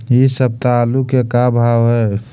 इ सप्ताह आलू के का भाव है?